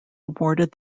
awarded